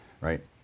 right